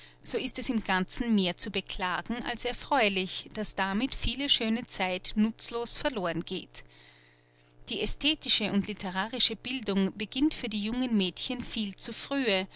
so ist es im ganzen mehr zu beklagen als erfreulich daß damit viele schöne zeit nutzlos verloren geht die ästhetische und literarische bildung beginnt für die jungen mädchen viel zu frühe